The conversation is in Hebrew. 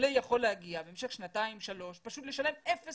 עולה יכול להגיע ובמשך שנתיים-שלוש לשלם אפס